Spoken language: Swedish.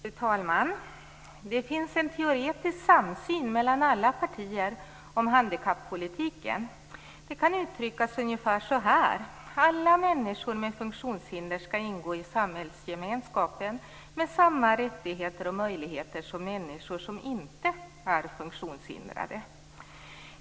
Fru talman! Det finns en teoretisk samsyn mellan alla partier om handikappolitiken. Den kan uttryckas ungefär så här: Alla människor med funktionshinder skall ingå i samhällsgemenskapen med samma rättigheter och möjligheter som människor som inte är funktionshindrade.